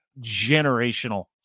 generational